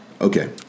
Okay